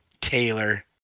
Taylor